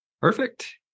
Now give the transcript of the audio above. Perfect